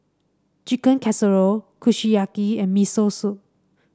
Chicken Casserole Kushiyaki and Miso Soup